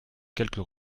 quelques